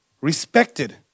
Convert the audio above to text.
respected